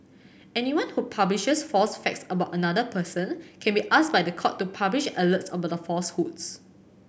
anyone who publishes false facts about another person can be asked by the court to publish alerts about the falsehoods